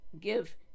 give